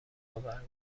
برگزار